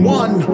one